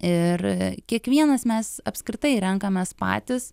ir kiekvienas mes apskritai renkamės patys